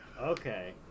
Okay